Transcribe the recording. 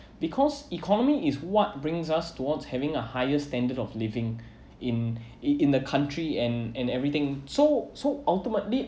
because economy is what brings us towards having a higher standard of living in it in the country and and everything so so ultimately